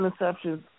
interceptions